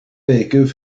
weken